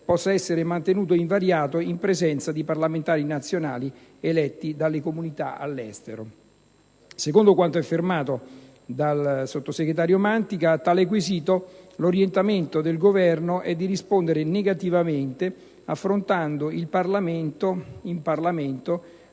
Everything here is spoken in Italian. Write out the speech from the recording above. possa essere mantenuto invariato in presenza di parlamentari nazionali eletti dalle comunità all'estero. Secondo quanto affermato dal sottosegretario Mantica, a tale quesito l'orientamento del Governo è di rispondere negativamente, affrontando in Parlamento la